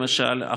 למשל,